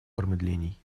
промедлений